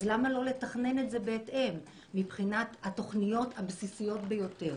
אז למה לא לתכנן את זה בהתאם מבחינת התוכניות הבסיסיות ביותר?